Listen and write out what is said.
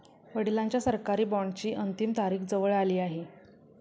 वडिलांच्या सरकारी बॉण्डची अंतिम तारीख जवळ आली आहे